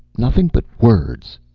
nothing but words!